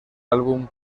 álbum